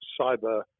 cyber